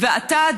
ואתה,